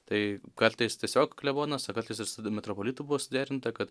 tai kartais tiesiog klebonas o kartais ir su metropolitu buvo suderinta kad